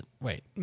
Wait